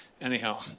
anyhow